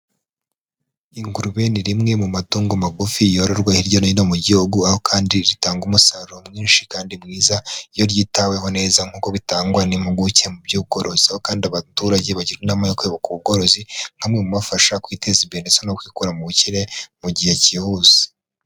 Ingurube ni rimwe mu matungo magufi yororwa hirya no hino mu gihugu, aho kandi ritanga umusaruro mwinshi kandi mwiza iyo ryitaweho neza nk'uko bitangwamo n'impuguke mu by'ubworozi, aho kandi abaturage bagirwa inama yo kuyoboka ubu bworozi nka bimwe mu bibafasha kwiteza imbere no kwikura mu bukene mu gihe cyihuse.